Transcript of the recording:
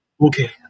Okay